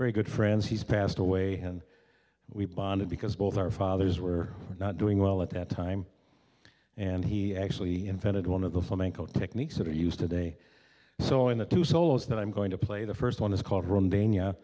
very good friends he's passed away and we bonded because both our fathers were not doing well at that time and he actually invented one of the flamenco techniques that are used today so in the two solos that i'm going to play the first one is called room dania